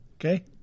Okay